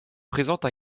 présente